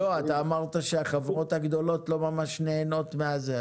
לא, אתה אמרת שהחברות הגדולות לא ממש נהנות מזה.